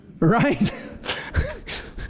right